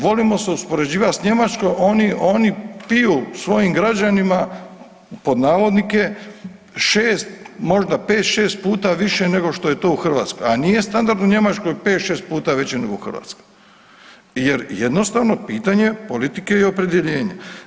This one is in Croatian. Volimo se uspoređivati s Njemačkom oni, oni piju svojim građanima pod navodnike 6 možda 5-6 puta nego što je to u Hrvatskoj, a nije standard u Njemačkoj veći nego u Hrvatskoj jer jednostavno pitanje politike i opredjeljenja.